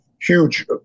huge